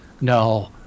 No